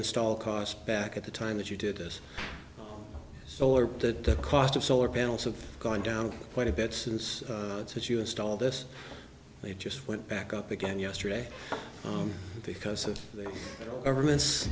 install cost back at the time that you did this solar the cost of solar panels of gone down quite a bit since as you install this they just went back up again yesterday because of the government